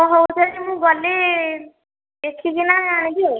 ହ ହଉ ସେଇଟା ମୁଁ ଗଲେ ଦେଖିକିନା ଆଣିବି ଆଉ